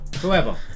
whoever